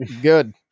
Good